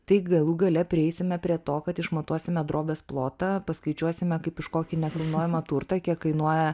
tai galų gale prieisime prie to kad išmatuosime drobės plotą paskaičiuosime kaip kažkokį nekilnojamą turtą kiek kainuoja